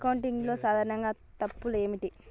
అకౌంటింగ్లో సాధారణ తప్పులు ఏమిటి?